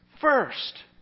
first